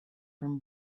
from